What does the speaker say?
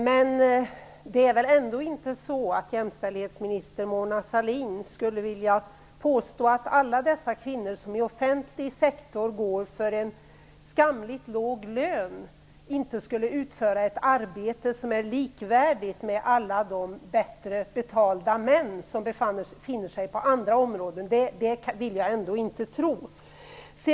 Men jämställdhetsminister Mona Sahlin skulle väl ändå inte vilja påstå att alla dessa kvinnor, som i offentlig sektor går för en skamligt låg lön, inte skulle utföra ett arbete som är likvärdigt med det som görs av alla de bättre betalda män som befinner sig på andra områden. Det kan jag ändå inte tro.